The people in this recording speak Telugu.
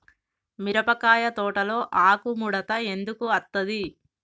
మిరపకాయ తోటలో ఆకు ముడత ఎందుకు అత్తది?